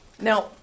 Now